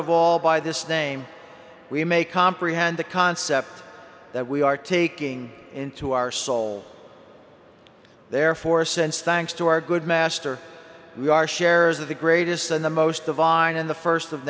of all by this name we may comprehend the concept that we are taking into our soul therefore since thanks to our good master we are shares of the greatest and the most divine and the st of